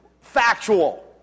factual